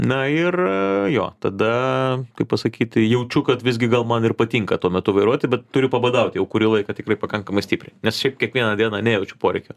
na ir jo tada kaip pasakyti jaučiu kad visgi gal man ir patinka tuo metu vairuoti bet turiu pabadaut jau kurį laiką tikrai pakankamai stipriai nes šiaip kiekvieną dieną nejaučiu poreikio